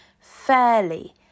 fairly